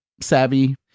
savvy